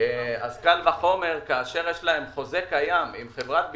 אז קל וחומר כאשר יש להם חוזה קיים עם חברת ביטוח,